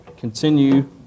continue